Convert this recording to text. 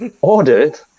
Ordered